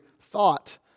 thought